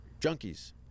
junkies